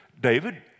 David